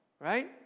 Right